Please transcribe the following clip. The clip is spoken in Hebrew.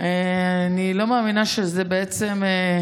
אני לא מאמינה שזה ייתכן,